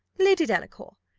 lady delacour,